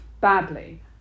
badly